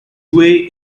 way